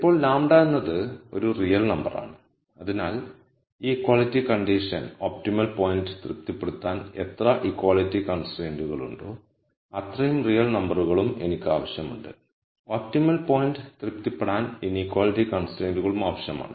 ഇപ്പോൾ λ എന്നത് ഒരു റിയൽ നമ്പർ ആണ് അതിനാൽ ഈ ഇക്വാളിറ്റി കണ്ടീഷൻ ഒപ്റ്റിമൽ പോയിന്റ് തൃപ്തിപ്പെടുത്താൻ എത്ര ഇക്വാളിറ്റി കൺസ്ട്രൈയ്ന്റുകളുണ്ടോ അത്രയും റിയൽ നമ്പർകളും എനിക്ക് ആവശ്യമുണ്ട് ഒപ്റ്റിമൽ പോയിന്റ് തൃപ്തിപ്പെടാൻ ഇനീക്വളിറ്റി കൺസ്ട്രെന്റുകളും ആവശ്യമാണ്